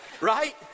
Right